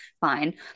fine